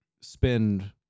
spend